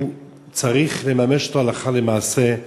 צריך לממש אותו הלכה למעשה,